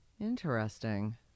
interesting